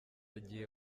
agiye